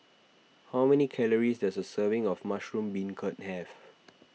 how many calories does a serving of Mushroom Beancurd have